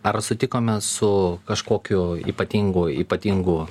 ar sutikome su kažkokiu ypatingu ypatingu